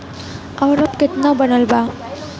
और अब कितना बनल बा?